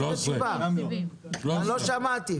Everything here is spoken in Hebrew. אני לא שמעתי תשובה.